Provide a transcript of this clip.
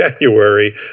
January